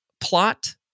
plot